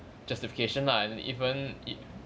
justification lah and even it